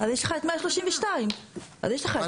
אז יש לך את 132. אנחנו,